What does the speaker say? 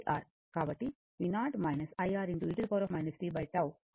కాబట్టిv0 IR e tτ లేదా v0 e tτ